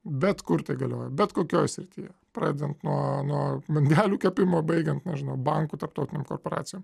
bet kur tai galioja bet kokioj srityje pradedant nuo nuo bandelių kepimo baigiant nežinau bankų tarptautinėm korporacijom